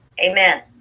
Amen